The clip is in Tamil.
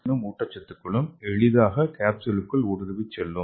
ஆக்ஸிஜனும் ஊட்டச்சத்துக்களும் எளிதாக கேப்சூலுக்குள் ஊடுருவிச் செல்லும்